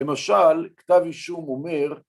‫למשל, כתב אישום אומר...